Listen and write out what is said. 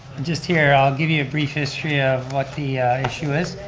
just here, i'll give you a brief history of what the issue is,